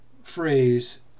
phrase